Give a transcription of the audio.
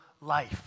life